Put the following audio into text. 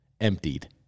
emptied